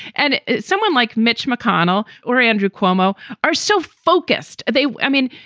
and someone like mitch mcconnell or andrew cuomo are so focused. they i mean,